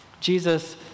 Jesus